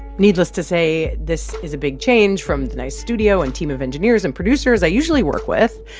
needless to say, this is a big change from the nice studio and team of engineers and producers i usually work with.